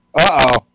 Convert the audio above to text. Uh-oh